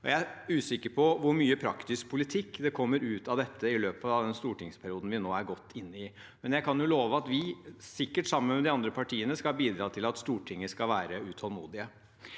Jeg er usikker på hvor mye praktisk politikk det kommer ut av dette i løpet av den stortingsperioden vi nå er godt inne i, men jeg kan love at vi, sikkert sammen med de andre partiene, skal bidra til at Stortinget skal være utålmodige.